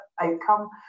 outcome